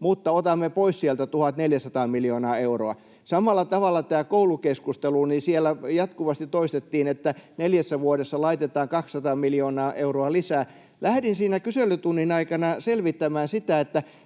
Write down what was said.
mutta otamme pois sieltä 1 400 miljoonaa euroa. Samalla tavalla tässä koulukeskustelussa jatkuvasti toistettiin, että neljässä vuodessa laitetaan 200 miljoonaa euroa lisää. Lähdin siinä kyselytunnin aikana selvittämään sitä,